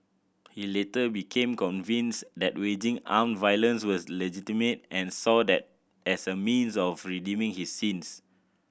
he later became convinced that waging armed violence was legitimate and saw that as a means of redeeming his sins